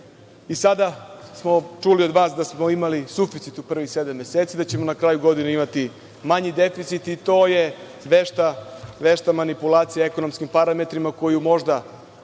smo čuli od vas da smo imali suficit u prvih sedam meseci, da ćemo na kraju godine imati manji deficit i to je vešta manipulacija ekonomskim parametrima koju možda